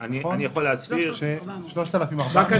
או 3,400